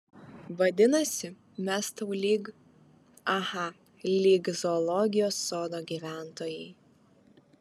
vadinasi mes tau lyg aha lyg zoologijos sodo gyventojai